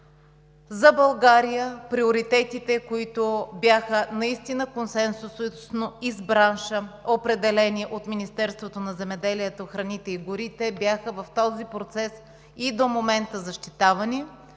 За България приоритетите, които бяха наистина консенсусно определени от Министерството на земеделието, храните и горите заедно с бранша, бяха и до момента защитавани